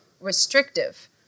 restrictive